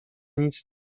nic